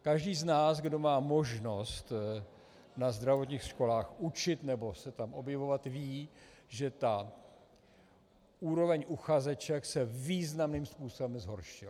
Každý z nás, kdo má možnost na zdravotních školách učit nebo se tam objevovat, ví, že úroveň uchazeček se významným způsobem zhoršila.